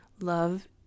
love